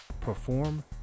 Perform